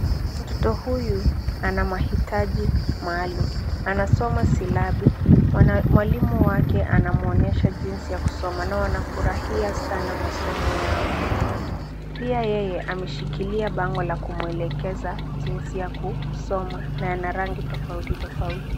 Mtoto huyu ana mahitaji maalum. Anasoma silabi. Mwalimu wake anamwonyesha jinsi ya kusoma na wanafurahia sana masomo yao. Pia yeye ameshikilia bango la kumwelekeza jinsi ya kusoma na ana rangi tofauti tofauti.